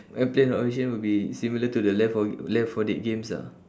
a place of origin would be similar to the left four left four dead games lah